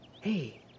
Hey